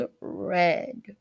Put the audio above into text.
red